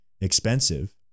expensive